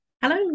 Hello